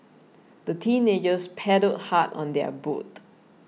the teenagers paddled hard on their boat